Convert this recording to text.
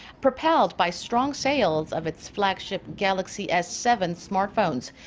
propelled by strong sales of its flagship galaxy s seven smartphones.